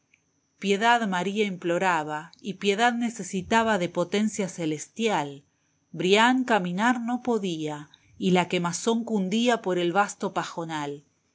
piedad maría imploraba y piedad necesitaba de potencia celestial brian caminar no podía y la quemazón cundía por el vasto pajonal